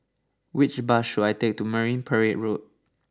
which bus should I take to Marine Parade Road